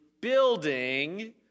building